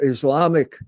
Islamic